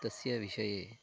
तस्य विषये